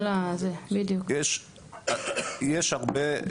יש הרבה,